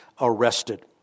arrested